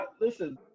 listen